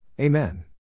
Amen